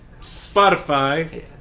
Spotify